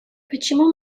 почему